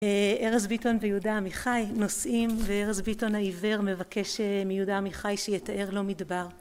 אה.. ארז ביטון ויהודה עמיחי נוסעים, וארז ביטון העיוור מבקש מיהודה עמיחי שיתאר לו מדבר